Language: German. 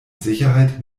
sicherheit